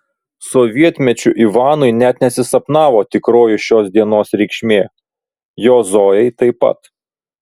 sovietmečiu ivanui net nesisapnavo tikroji šios dienos reikšmė jo zojai taip pat